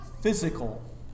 physical